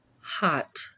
Hot